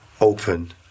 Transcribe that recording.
Open